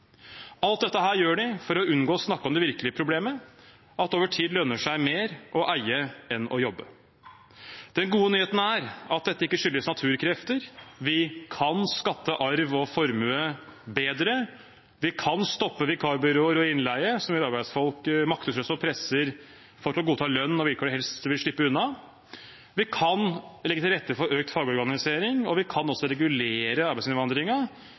Alt dette gjør de for å unngå å snakke om det virkelige problemet, at det over tid lønner seg mer å eie enn å jobbe. Den gode nyheten er at dette ikke skyldes naturkrefter. Vi kan skatte arv og formue bedre, vi kan stoppe vikarbyråer og innleie som gjør arbeidsfolk maktesløse og presser folk til å godta lønn og vilkår de helst vil slippe unna, vi kan legge til rette for økt fagorganisering, og vi kan også regulere